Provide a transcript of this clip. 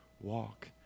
walk